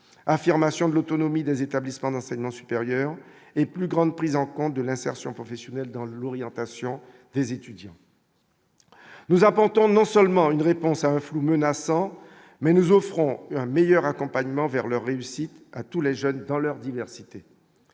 affirmation de l'autonomie des établissements d'enseignement supérieur et plus grande prise en compte de l'insertion professionnelle dans l'orientation des étudiants. Nous apportons non seulement une réponse à un flou menaçant mais nous offrons un meilleur accompagnement vers leur réussite à tous les jeunes dans leur diversité,